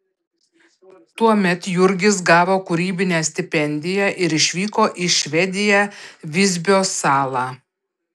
tuomet jurgis gavo kūrybinę stipendiją ir išvyko į švediją visbio salą